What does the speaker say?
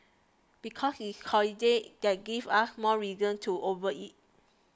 because it's a holiday that gives us more reason to overeat